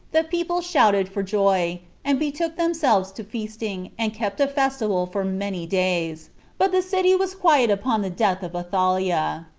the people shouted for joy, and betook themselves to feasting, and kept a festival for many days but the city was quiet upon the death of athaliah.